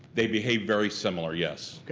they behave very similar, yes.